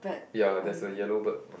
ya there's a yellow bird